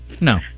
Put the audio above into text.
No